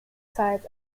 sides